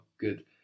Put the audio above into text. Good